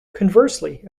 conversely